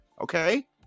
Okay